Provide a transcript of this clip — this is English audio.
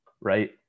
right